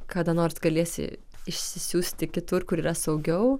kada nors galėsi išsisiųsti kitur kur yra saugiau